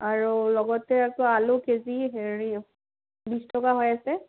আৰু লগতে আকৌ আলু কেজি হেৰি বিছ টকা হৈ আছে